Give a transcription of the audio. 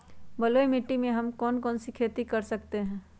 बलुई मिट्टी में हम कौन कौन सी खेती कर सकते हैँ?